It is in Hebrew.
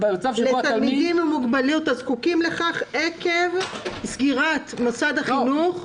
לתלמידים עם מוגבלויות הזקוקים לכך עקב סגירת מוסד החינוך".